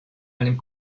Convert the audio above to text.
allem